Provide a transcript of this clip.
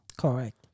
Correct